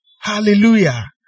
Hallelujah